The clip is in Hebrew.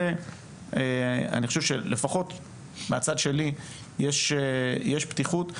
אני חושב שלפחות מהצד שלי יש פתיחות.